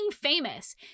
famous